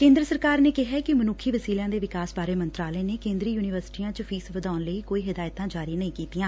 ਕੇਂਦਰ ਸਰਕਾਰ ਨੇ ਕਿਹੈ ਕਿ ਮਨੁੱਖੀ ਵਸੀਲਿਆਂ ਦੇ ਵਿਕਾਸ ਬਾਰੇ ਮੰਤਰਾਲੇ ਨੇ ਕੇਂਦਰੀ ਯੁਨੀਵਰਸਿਟੀਆਂ ਚ ਫੀਸ ਵਧਾਉਣ ਲਈ ਕੋਈ ਹਿਦਾਇਤਾਂ ਜਾਰੀ ਨਹੀਂ ਕੀਤੀਆਂ